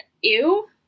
ew